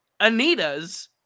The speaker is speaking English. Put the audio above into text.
Anita's